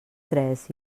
tres